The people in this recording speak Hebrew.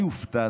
אני הופתעתי,